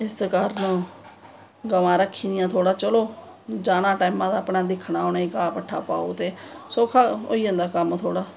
ते इस्सै कारन गवां रक्खी दियां थोह्ड़ा चलो जाना टैमां दा दिक्खनां उनेंगी घाह् पट्ठा पाओ ते सौक्खा होई जंदा कम्म थोह्ड़ा